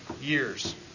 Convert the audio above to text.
years